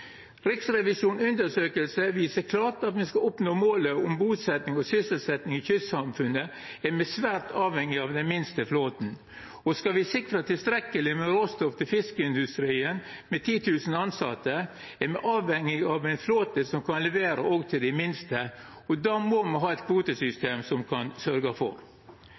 viser klart at om me skal nå målet om busetjing og sysselsetjing i kystsamfunna, er me svært avhengige av den minste flåten. Skal me sikra tilstrekkeleg med råstoff til fiskeindustrien, med 10 000 tilsette, er me avhengige av ein flåte som kan levera òg til dei minste. Då må me ha eit kvotesystem som kan sørgja for det. Ei anna utfordring for